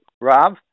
Rob